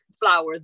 flower